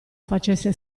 facesse